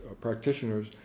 practitioners